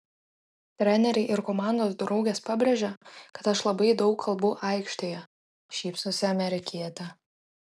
treneriai ir komandos draugės pabrėžia kad aš labai daug kalbu aikštėje šypsosi amerikietė